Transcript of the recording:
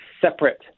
separate